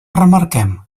remarquem